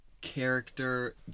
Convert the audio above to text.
character